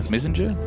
Messenger